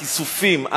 הכיסופים,